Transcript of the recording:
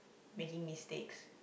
making mistakes